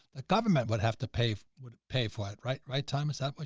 the government would have to pay, would pay for it. right, right. time, is that. but